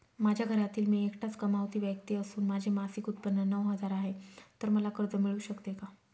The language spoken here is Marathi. माझ्या घरातील मी एकटाच कमावती व्यक्ती असून माझे मासिक उत्त्पन्न नऊ हजार आहे, तर मला कर्ज मिळू शकते का?